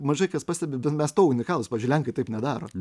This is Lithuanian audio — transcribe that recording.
mažai kas pastebim mes tuo unikalūs pavyzdžiui lenkai taip nedaro